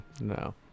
no